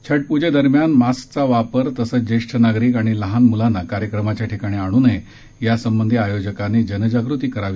छठपूजेदरम्यान मास्कचा वापर तसच जेष्ठ नागरीक तसंच लहान म्लांना कार्यक्रमाच्या ठिकाणी आणू नये यासंबंधी आयोजकांनी जनजागृती करावी